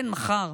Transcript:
כן, מחר.